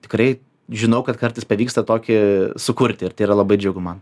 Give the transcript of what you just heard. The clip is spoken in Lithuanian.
tikrai žinau kad kartais pavyksta tokį sukurti ir tai yra labai džiugu man